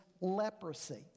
leprosy